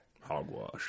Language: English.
hogwash